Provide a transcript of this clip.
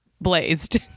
blazed